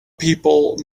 people